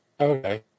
Okay